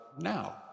now